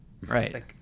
right